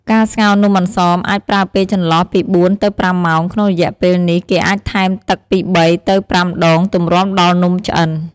ការស្ងោរនំអន្សម អាចប្រើពេលចន្លោះពី៤ ទៅ៥ម៉ោង ក្នុងរយៈពេលនេះ គេអាចថែមទឹកពី៣ ទៅ៥ដងទម្រាំដល់នំឆ្អិន។